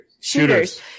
Shooters